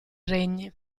regni